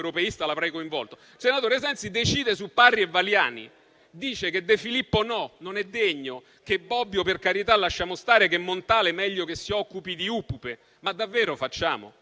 coinvolto, decide su Parri e Valiani; dice che De Filippo non è degno, che Bobbio, per carità, lasciamo stare; che Montale meglio che si occupi di upupe; ma davvero facciamo?